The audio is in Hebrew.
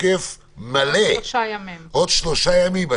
לתוקף מלא בעוד שלושה ימים,